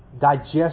digest